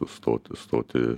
stoti stoti